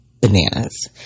bananas